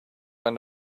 when